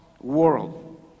world